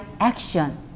action